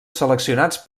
seleccionats